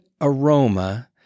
aroma